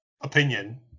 opinion